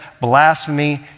blasphemy